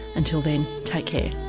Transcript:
until then take care.